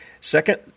Second